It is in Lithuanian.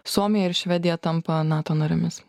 suomija ir švedija tampa nato narėmis